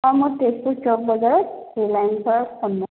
অঁ মই তেজপুৰ চ'ক বজাৰত ৰিলায়েন্সৰ সন্মুখ